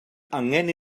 angen